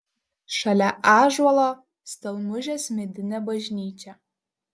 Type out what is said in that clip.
šalia ąžuolo stelmužės medinė bažnyčia